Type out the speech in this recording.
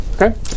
Okay